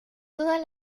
todas